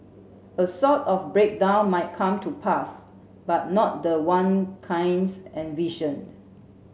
a sort of breakdown might come to pass but not the one Keynes envisioned